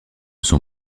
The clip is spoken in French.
son